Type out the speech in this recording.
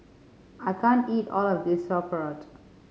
I can't eat all of this Sauerkraut